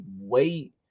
wait